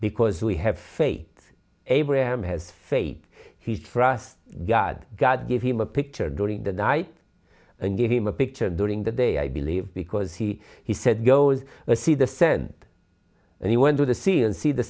because we have faith abraham has fate he trusts god god gave him a picture during the night and gave him a picture during the day i believe because he he said goes to see the scent and he went to the sea and see the